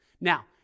now